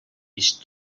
vist